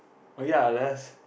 okay lah let's